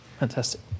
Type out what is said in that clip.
Fantastic